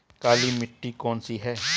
काली मिट्टी कौन सी है?